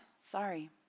sorry